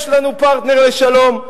יש לנו פרטנר לשלום.